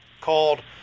called